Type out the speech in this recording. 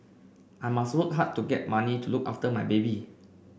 I must work hard to get money to look after my baby